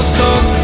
talk